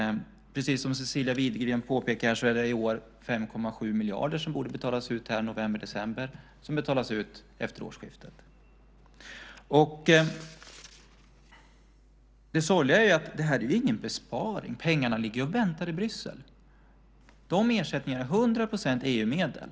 Precis som Cecilia Widegren påpekade är det i år 5,7 miljarder som borde betalas ut i november-december som betalas ut efter årsskiftet. Det sorgliga är att detta inte är någon besparing. Pengarna ligger ju och väntar i Bryssel. Dessa ersättningar är till hundra procent EU-medel.